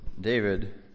David